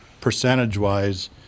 percentage-wise